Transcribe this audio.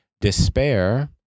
Despair